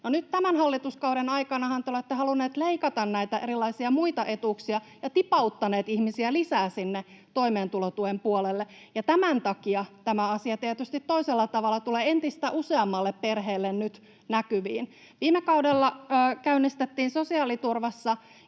tämän hallituskauden aikanahan te olette halunneet leikata näitä erilaisia muita etuuksia ja tipauttaneet ihmisiä lisää sinne toimeentulotuen puolelle, ja tämän takia tämä asia tietysti toisella tavalla tulee entistä useammalle perheelle nyt näkyviin. Viime kaudella käynnistettiin sosiaaliturvassa